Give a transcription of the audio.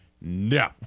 No